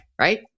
right